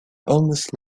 almost